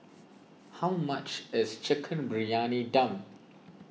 how much is Chicken Briyani Dum